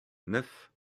neuf